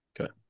Okay